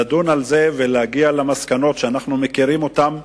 לדון על זה ולהגיע למסקנות שאנחנו מכירים אותן,